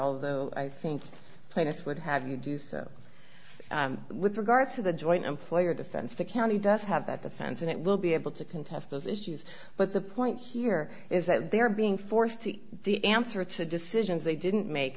although i think the plaintiffs would have you do so with regard to the joint employer defense the county does have that the fence and it will be able to contest those issues but the point here is that they are being forced to the answer to decisions they didn't make